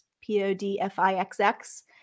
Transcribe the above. p-o-d-f-i-x-x